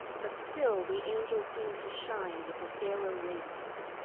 but still the angel seemed to shine with a fairer radiance.